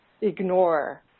ignore